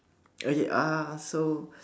okay uh so